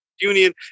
union